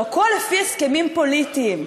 הכול לפי הסכמים פוליטיים.